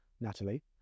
natalie